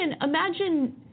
imagine